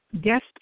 guest